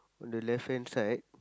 on the left hand side